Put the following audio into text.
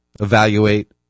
evaluate